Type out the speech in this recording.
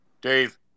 dave